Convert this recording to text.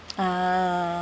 ah